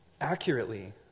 Accurately